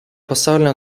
pasaulinio